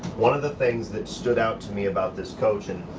one of the things that stood out to me about this coach and